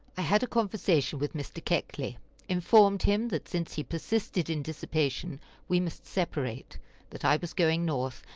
i had a conversation with mr. keckley informed him that since he persisted in dissipation we must separate that i was going north,